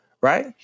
right